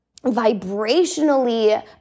vibrationally